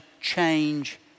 change